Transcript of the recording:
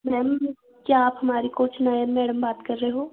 ma'am क्या आप हमारी कोच नयन मैडम बात कर रहे हो